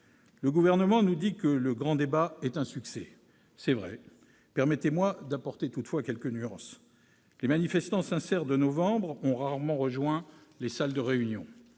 Le Gouvernement nous dit que le grand débat est un succès, c'est vrai. Permettez-moi d'apporter toutefois quelques nuances. Les manifestants sincères de novembre ont rarement rejoint les salles de réunion.